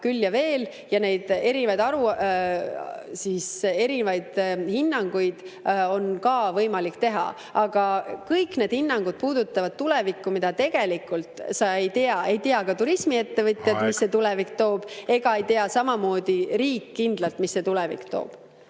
küll ja veel, ja neid erinevaid hinnanguid on ka võimalik anda. Aga kõik need hinnangud puudutavad tulevikku, mida tegelikult ei tea. Aeg! Ei tea turismiettevõtjad, mida tulevik toob, samamoodi ei tea riik kindlalt, mida tulevik toob.